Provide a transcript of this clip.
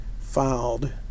filed